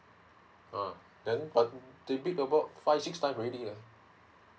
ah then but they bid about five six times already leh